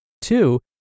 two